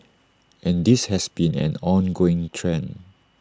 and this has been an ongoing trend